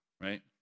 Right